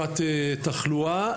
הפסקת תחלואה.